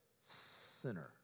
Sinner